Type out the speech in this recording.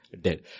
dead